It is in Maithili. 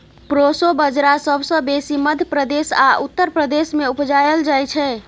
प्रोसो बजरा सबसँ बेसी मध्य प्रदेश आ उत्तर प्रदेश मे उपजाएल जाइ छै